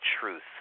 truth